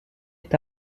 est